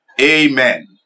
Amen